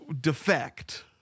defect